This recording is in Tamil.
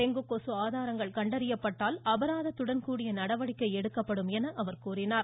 டெங்கு கொசு ஆதாரங்கள் கண்டறியப்பட்டால் அபராதத்துடன் கூடிய நடவடிக்கை எடுக்கப்படும் என அவர் கூறினார்